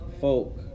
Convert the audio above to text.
folk